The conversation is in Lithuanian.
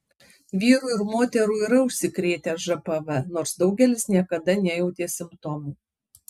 vyrų ir moterų yra užsikrėtę žpv nors daugelis niekada nejautė simptomų